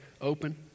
open